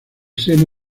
seno